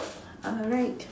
ah right